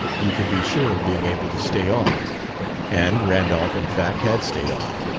you could be sure of being able to stay on and randolph, in fact, had stayed on,